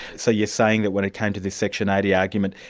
so you're saying that when it came to this section eighty argument,